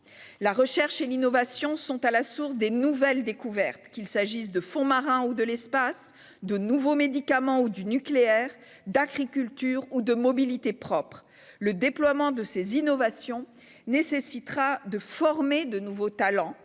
La recherche et l'innovation sont à la source des nouvelles découvertes, qu'il s'agisse des fonds marins ou de l'espace, de nouveaux médicaments ou du nucléaire, d'agriculture ou de mobilités propres. Le déploiement de ces innovations nécessitera de former de nouveaux talents,